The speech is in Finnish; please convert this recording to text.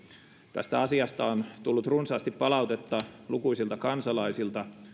tästä asiasta on tullut runsaasti palautetta lukuisilta kansalaisilta